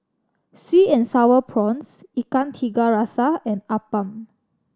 sweet and Sour Prawns Ikan Tiga Rasa and appam